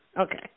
okay